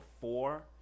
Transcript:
four